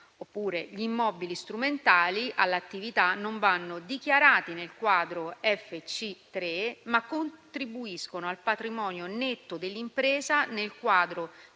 oppure gli immobili strumentali all'attività non vanno dichiarati nel quadro FC3, ma contribuiscono al patrimonio netto dell'impresa nel quadro CF2,